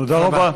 תודה רבה.